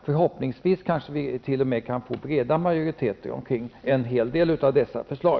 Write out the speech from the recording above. Förhoppningsvis kan vi t.o.m. få breda majoriteter för en hel del av dessa förslag.